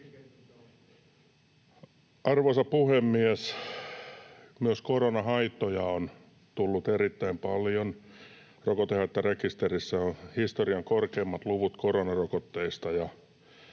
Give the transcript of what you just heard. Arvoisa puhemies! Myös koronarokotehaittoja on tullut erittäin paljon. Rokotehaittarekisterissä on historian korkeimmat luvut koronarokotteista,